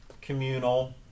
Communal